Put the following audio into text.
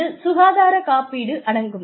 இதில் சுகாதார காப்பீடு அடங்கும்